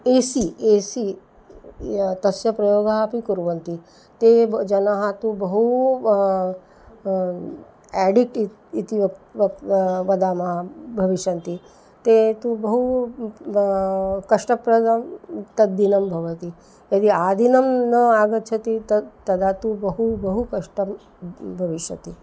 A C A C ये तस्य प्रयोगः अपि कुर्वन्ति ते ब् जनाः तु बहु एडिक्ट् इत् इति वक् वक् वा वदामः भविष्यन्ति ते तु बहु कष्टप्रदं तद्दिनं भवति यदि आदिनं न आगच्छति तद् तदा तु बहु बहु कष्टं भविष्यति